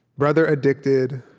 brother addicted.